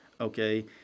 okay